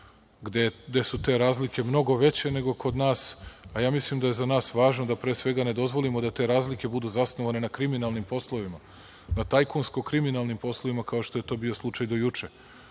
gde su te razlike mnogo veće nego kod nas, a mislim da je za nas važno da, pre svega, ne dozvolimo da te razlike budu zasnovane na kriminalnim poslovima, na tajkunsko-kriminalnim poslovima, kao što je to bio slučaj do juče.